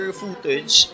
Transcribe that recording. footage